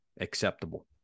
acceptable